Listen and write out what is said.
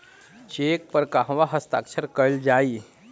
Check पर कहवा हस्ताक्षर कैल जाइ?